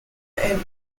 and